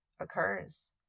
occurs